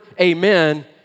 amen